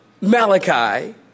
Malachi